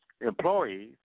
employees